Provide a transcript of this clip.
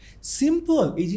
Simple